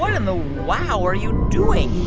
um ah wow are you doing?